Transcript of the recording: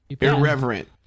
Irreverent